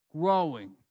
growing